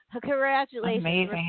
Congratulations